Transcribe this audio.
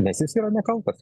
nes jis yra nekaltas